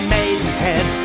Maidenhead